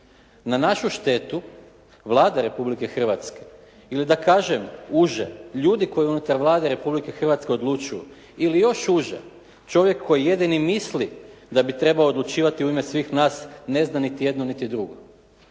Na našu štetu Vlada Republike Hrvatske i da kažem uže ljudi koji unutar Vlade Republike Hrvatske odlučuju ili još uže, čovjek koji jedini misli da bi trebao odlučivati u ime svih nas, ne zna niti jedno, niti drugo.